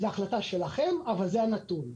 זה החלטה שלכם אבל זה הנתון.